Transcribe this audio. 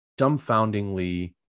dumbfoundingly